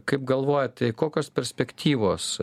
kaip galvojat tai kokios perspektyvos